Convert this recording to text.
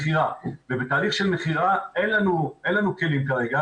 ובתהליך של מכירה אין לנו כלים כרגע.